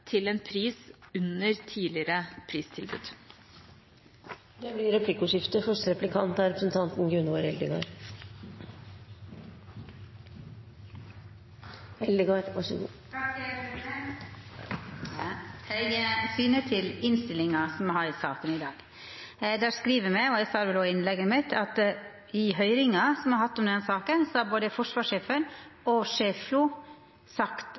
til en pris under tidligere pristilbud. Det blir replikkordskifte. Eg syner til innstillinga som me har i saka i dag. Der skriv me, og eg sa det òg i innlegget mitt, at i høyringa som me har hatt om denne saka, har både forsvarssjefen og sjef FLO sagt